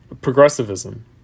progressivism